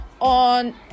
on